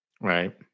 Right